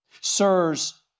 Sirs